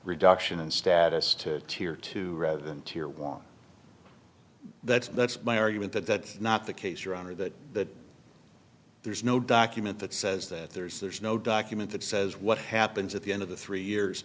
reduction in status to tear to rather than tear one that's that's my argument that that is not the case your honor that the there's no document that says that there's there's no document that says what happens at the end of the three years